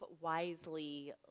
wisely